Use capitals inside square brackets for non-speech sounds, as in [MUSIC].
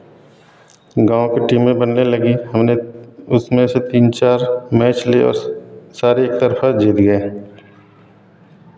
गाँव के टीमें बनने लगी हमने उसमें से तीन चार मैच [UNINTELLIGIBLE] सारे एकतरफ़ा जीत गए